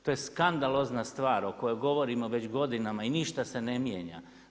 To je skandalozna stvar o kojoj govorimo već godinama i ništa se ne mijenja.